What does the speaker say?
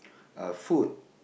uh food